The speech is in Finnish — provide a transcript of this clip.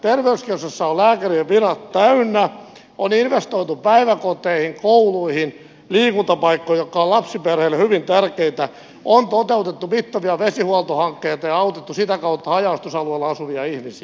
terveyskeskuksessa on lääkärien virat täynnä on investoitu päiväkoteihin kouluihin liikuntapaikkoihin jotka ovat lapsiperheille hyvin tärkeitä on toteutettu mittavia vesihuoltohankkeita ja autettu sitä kautta haja asutusalueella asuvia ihmisiä